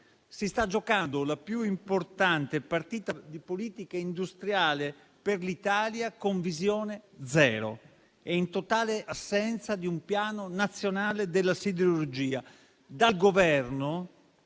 Si sta giocando la più importante partita di politica industriale per l'Italia con visione zero e in totale assenza di un piano nazionale della siderurgia.